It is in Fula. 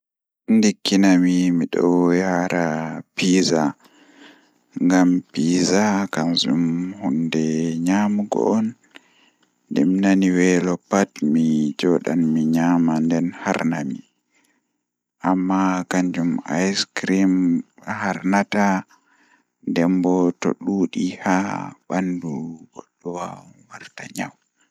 Ndikkinami midon yaara piiza ngam piiza kanjum hunde nyaamugo on nde mi nani weelo pat mi joodan mi nyama nden harnami, amma kanjum icekrim harnata nden bo to duudi haa bandu goddo wawan warta nyaw.